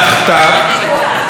דבר בקצרה.